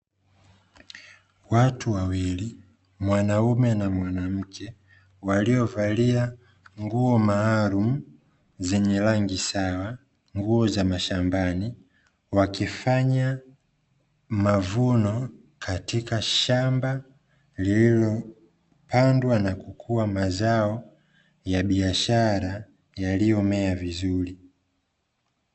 Watu wawili mwanaume na mwanamke waliovalia nguo maalumu zenye rangi sawa, nguo za mashambani. Wakifanya mavuno katika shamba lililopandwa na kukua mazao ya biashara yaliyomea vizuri.